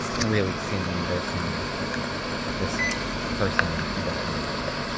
really seeing me. they're seeing this person in their underwear